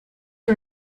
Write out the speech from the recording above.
are